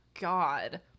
God